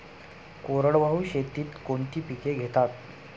कोरडवाहू शेतीत कोणती पिके घेतात?